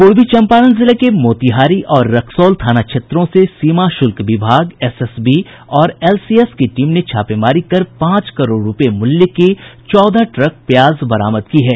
पूर्वी चम्पारण जिले के मोतिहारी और रक्सौल थाना क्षेत्रों से सीमा शुल्क विभाग एसएसबी और एलसीएस की टीम ने छापेमारी कर पांच करोड़ रूपये मूल्य की चौदह ट्रक प्याज बरामद की है